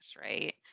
right